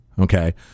Okay